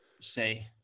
say